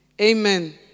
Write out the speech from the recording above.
Amen